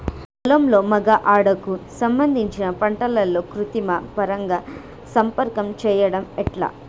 పొలంలో మగ ఆడ కు సంబంధించిన పంటలలో కృత్రిమ పరంగా సంపర్కం చెయ్యడం ఎట్ల?